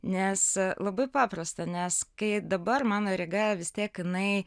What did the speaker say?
nes labai paprasta nes kai dabar mano rega vis tiek jinai